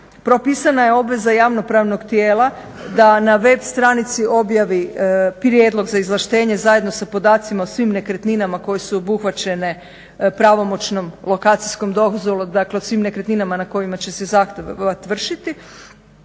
propisana je obveza javno-pravnog tijela da na web stranici objavi prijedlog za izvlaštenje zajedno sa podacima o svim nekretninama koje su obuhvaćene pravomoćnom lokacijskom dozvolom, dakle o svim nekretninama nad kojima će se zahtjev vršiti,